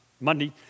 Monday